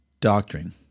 doctrine